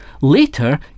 later